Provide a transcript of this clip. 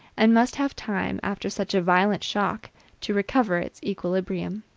and must have time after such a violent shock to recover its equilibrium.